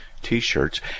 t-shirts